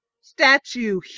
statue